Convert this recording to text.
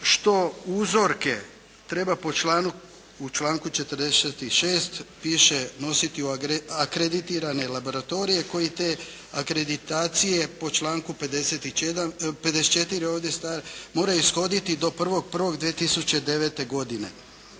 što uzorke treba, u članku 46. piše nositi akreditirane laboratorije koji te akreditacije po članku 54. moraju ishoditi do 1.1.2009. godine.